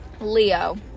Leo